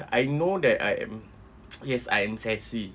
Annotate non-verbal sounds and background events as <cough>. I know that I am <noise> yes I am sassy